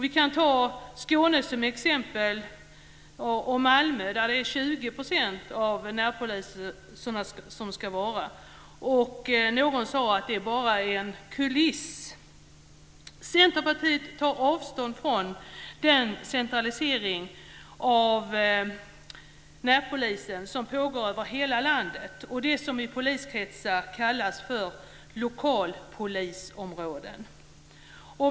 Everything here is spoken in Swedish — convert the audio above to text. Vi kan ta Skåne och Malmö som exempel, där 20 % ska vara närpoliser. Någon sade att det bara är en kuliss. Centerpartiet tar avstånd från den centralisering av närpolisen som pågår över hela landet; det som i poliskretsar kallas för lokalpolisområden.